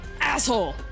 asshole